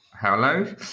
Hello